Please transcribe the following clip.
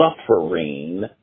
suffering